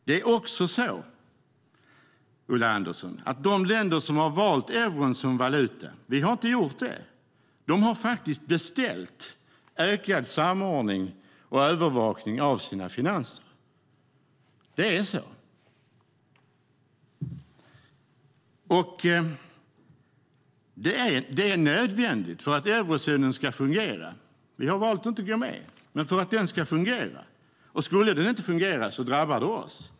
Det är också så, Ulla Andersson, att de länder som har valt euron som valuta - vi har inte gjort det - faktiskt har beställt ökad samordning och övervakning av sina finanser. Så är det. Det är nödvändigt för att eurozonen ska fungera. Vi har valt att inte gå med. Men skulle inte eurozonen fungera drabbar det oss.